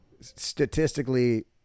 statistically